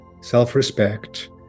self-respect